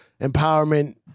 empowerment